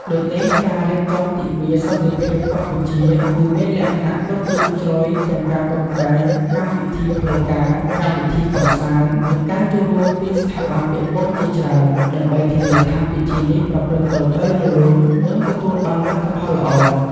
ដូចនេះ ការរៀបចំទិវាសន្តិភាពកម្ពុជា គឺមានលក្ខណៈគ្រប់ជ្រុងជ្រោយ ទាំងការតុបតែង កម្មវិធីផ្លូវការ កម្មវិធីកម្សាន្ត និងការចូលរួមពីស្ថាប័នពាក់ព័ន្ធជាច្រើន ដើម្បីធានាថាពិធីនេះប្រព្រឹត្តទៅដោយរលូន និងទទួលបានលទ្ធផលល្អ។